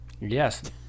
Yes